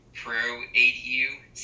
pro-ADU